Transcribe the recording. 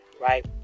right